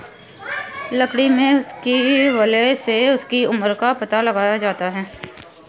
लकड़ी में उसकी वलय से उसकी उम्र का पता लगाया जाता है